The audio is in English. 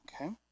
okay